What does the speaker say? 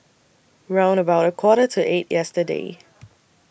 round about A Quarter to eight yesterday